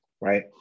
right